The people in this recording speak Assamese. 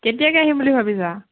কেতিয়াকৈ আহিম বুলি ভাবিছা